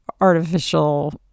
artificial